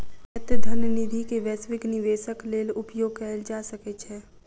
स्वायत्त धन निधि के वैश्विक निवेशक लेल उपयोग कयल जा सकै छै